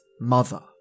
mother